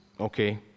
Okay